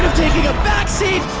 taking a backseat